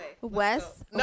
Wes